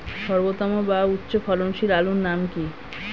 সর্বোত্তম ও উচ্চ ফলনশীল আলুর নাম কি?